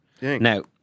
Now